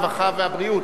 הרווחה והבריאות,